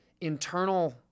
internal